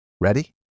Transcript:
Ready